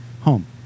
home